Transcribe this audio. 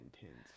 intense